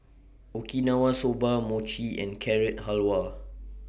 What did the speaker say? Okinawa Soba Mochi and Carrot Halwa